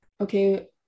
okay